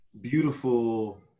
beautiful